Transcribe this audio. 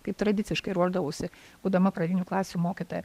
kaip tradiciškai ruošdavausi būdama pradinių klasių mokytoja